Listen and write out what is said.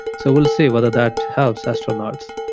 so we'll see whether that helps astronauts.